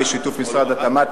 בשיתוף משרד התמ"ת,